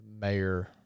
Mayor